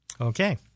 Okay